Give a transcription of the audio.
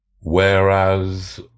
whereas